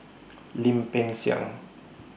Lim Peng Siang